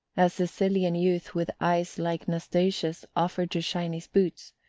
a sicilian youth with eyes like nastasia's offered to shine his boots,